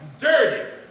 Dirty